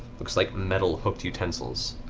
looks like metal hooked utensils,